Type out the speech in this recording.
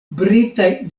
britaj